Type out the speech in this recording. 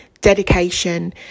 dedication